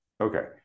Okay